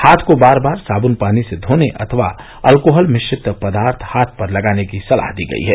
हाथ को बार बार साब्न पानी से धोने अथवा अल्कोहल मिश्रित पदार्थ हाथ पर लगाने की सलाह दी गई है